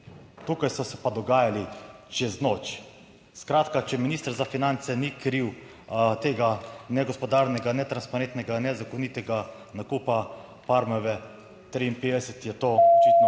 Tukaj so se pa dogajali čez noč. Skratka, če minister za finance ni kriv tega negospodarnega, netransparentnega, nezakonitega nakupa Parmove 53, je to očitno